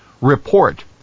Report